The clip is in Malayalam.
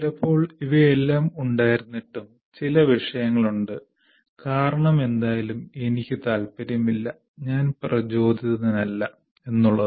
ചിലപ്പോൾ ഇവയെല്ലാം ഉണ്ടായിരുന്നിട്ടും ചില വിഷയങ്ങളുണ്ട് കാരണം എന്തായാലും എനിക്ക് താൽപ്പര്യമില്ല ഞാൻ പ്രചോദിതനല്ല എന്നുള്ളത്